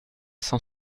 cent